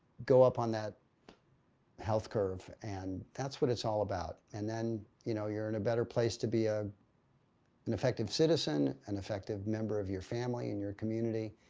go up on that health curve and that's what it's all about and then, you know, you're in a better place to be ah an effective citizen, an effective member of your family, in your community,